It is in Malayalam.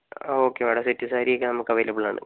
ആ ഓക്കെ മേഡം സെറ്റ് സാരി ഒക്കെ നമുക്ക് അവൈലബിൾ ആണ്